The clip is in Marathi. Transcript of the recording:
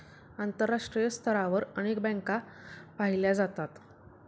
आंतरराष्ट्रीय स्तरावर अनेक बँका पाहिल्या जातात